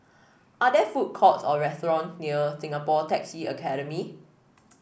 are there food courts or restaurant near Singapore Taxi Academy